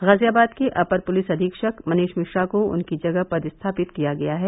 गाजियाबाद के अपर पुलिस अधीक्षक मनीष मिश्रा को उनकी जगह पदस्थापित किया गया है